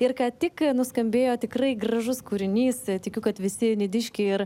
ir ką tik nuskambėjo tikrai gražus kūrinys tikiu kad visi nidiškiai ir